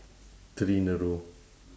three in a row